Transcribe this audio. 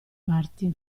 parti